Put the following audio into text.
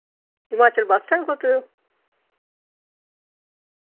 Himachal bus stand खड़ोते दे ओ